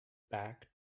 back